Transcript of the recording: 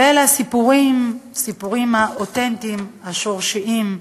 ואלה הסיפורים, סיפורים אותנטיים, שורשיים,